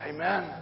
Amen